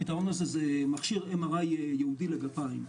הפיתרון הזה הוא מכשיר MRI ייעודי לגפיים.